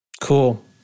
Cool